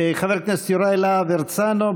חבר הכנסת יוראי להב הרצנו,